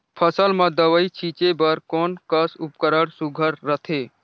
फसल म दव ई छीचे बर कोन कस उपकरण सुघ्घर रथे?